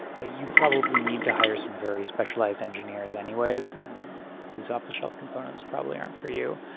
ah you probably need to hire some very specialized engineers anyways, and these off-the shelf components probably aren't for you.